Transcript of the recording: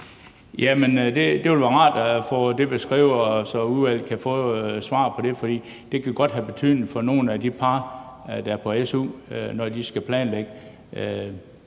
det vil være rart at få det beskrevet, så udvalget kan få svar på det, for det kan jo godt have betydning for nogle af de par, der får su, når de skal planlægge